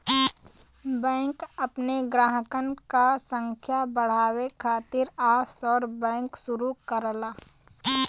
bank अपने ग्राहकन क संख्या बढ़ावे खातिर ऑफशोर बैंक शुरू करला